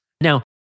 Now